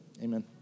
amen